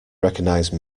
recognise